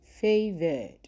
Favored